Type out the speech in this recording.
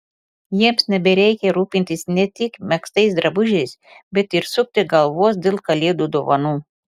jiems nebereikia rūpintis ne tik megztais drabužiais bet ir sukti galvos dėl kalėdų dovanų